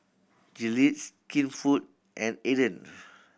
Gillettes Skinfood and Aden